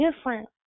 different